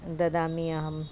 ददामि अहम्